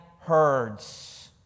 herds